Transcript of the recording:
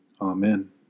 Amen